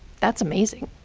that's amazing.